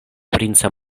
princa